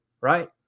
right